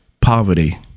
poverty